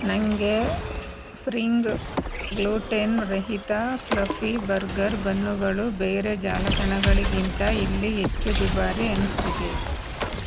ನಂಗೆ spring gluten ರಹಿತ fluffy burger ಬನ್ನುಗಳು ಬೇರೆ ಜಾಲತಾಣಗಳಿಗಿಂತ ಇಲ್ಲಿ ಹೆಚ್ಚು ದುಬಾರಿ ಅನ್ನಿಸ್ತಿದೆ